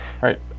right